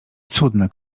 cudna